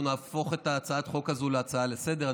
אנחנו נהפוך את הצעת החוק הזאת להצעה לסדר-היום.